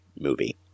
movie